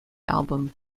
album